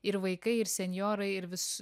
ir vaikai ir senjorai ir vis